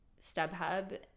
StubHub